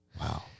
wow